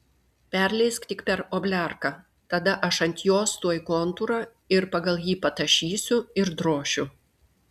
perleisk tik per obliarką tada aš ant jos tuoj kontūrą ir pagal jį patašysiu ir drošiu